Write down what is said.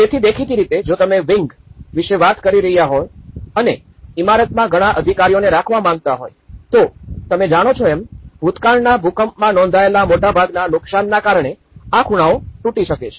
તેથી દેખીતી રીતે જો તમે વિન્ગ વિશે વાત કરી રહ્યા હોય અને ઇમારતમાં ઘણા અધિકારીઓને રાખવા માંગતા હોય તો તમે જાણો છો એમ ભૂતકાળના ભૂકંપમાં નોંધાયેલા મોટાભાગનાં નુકસાનના કારણે આ ખૂણાઓ તૂટી શકે છે